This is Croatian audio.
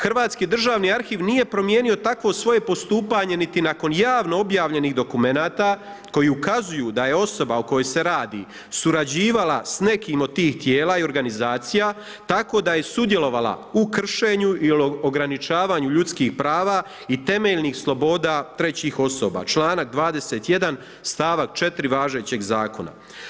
Hrvatski državni arhiv nije promijenio tako svoje postupanje niti nakon javno objavljenih dokumenata koji ukazuju da je osoba o kojoj se radi surađivala s nekim od tih tijela i organizacija tako da je sudjelovala u kršenju i ograničavanju ljudskih prava i temeljnih sloboda trećih osoba, članak 21. stavak 4. važećeg zakona.